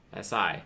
SI